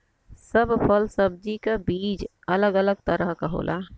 सब फल सब्जी क बीज अलग अलग तरह क होला